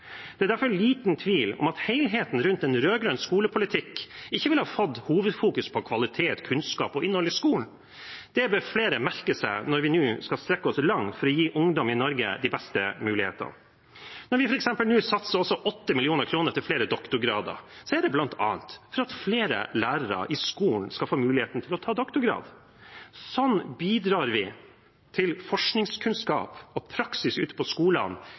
Det er derfor liten tvil om at helheten rundt en rød-grønn skolepolitikk ikke ville gitt hovedfokus på kvalitet, kunnskap og innhold i skolen. Det bør flere merke seg når vi nå skal strekke oss langt for å gi ungdom i Norge de beste mulighetene. Når vi f.eks. nå også satser 8 mill. kr på flere doktorgrader, er det bl.a. for at flere lærere i skolen skal få muligheten til å ta doktorgrad. Sånn bidrar vi til at forskningskunnskap og praksis ute på skolene